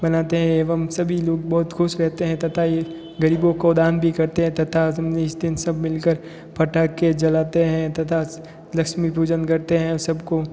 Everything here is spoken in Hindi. मनाते हैं एवं सभी लोग बहुत खुश रहते हैं तथा यह गरीबों को दान भी करते हैं तथा इस दिन सब मिलकर पटाखे जलाते हैं तथा लक्ष्मी पूजन करते हैं सबको